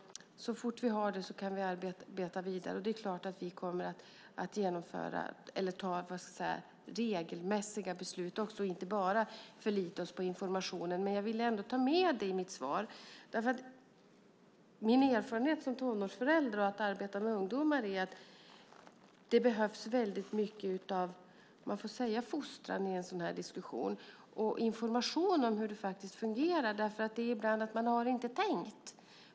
Så fort vi har det kan vi arbeta vidare. Det är klart att vi kommer att ta regelmässiga beslut också och inte bara förlita oss på informationen. Men jag ville ändå ta med det i mitt svar, därför att min erfarenhet som tonårsförälder och av att arbeta med ungdomar är att det behövs väldigt mycket, om man får säga så i en sådan här diskussion, fostran och information om hur det faktiskt fungerar. Ungdomarna har ibland inte tänkt.